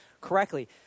correctly